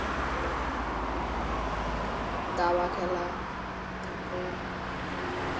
তারপরে দাবা খেলা তারপরে তোমার